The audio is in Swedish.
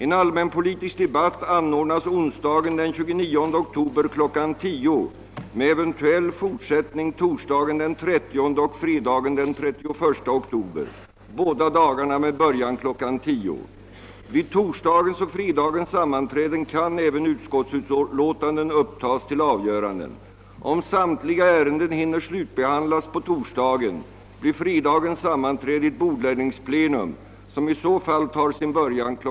En allmänpolitisk debatt anordnas onsdagen den 29 oktober kl. 10.00 med eventuell fortsättning torsdagen den 30 och fredagen den 31 oktober, båda dagarna med början kl. 10.00. Vid torsdagens och fredagens sammanträden kan även utskottsutlåtanden upptas till avgörande. Om samtliga ärenden hinner slutbehandlas på torsdagen blir fredagens sammanträde ett bordläggningsplenum, som i så fall tar sin början kl.